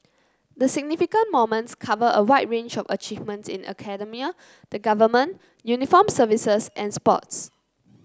the significant moments cover a wide range of achievements in academia the Government uniformed services and sports